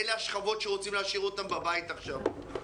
אלה השכבות שרוצים להשאיר אותם בבית עכשיו.